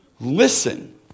Listen